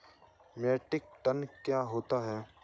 Metric tonne क्या होता है?